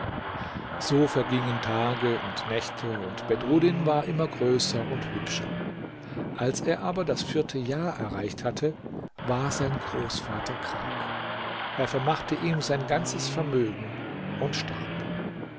so vergingen tage und nächte und bedruddin war immer größer und hübscher als er aber das vierte jahr erreicht hatte war sein großvater krank er vermachte ihm sein ganzes vermögen und starb